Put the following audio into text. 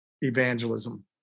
Evangelism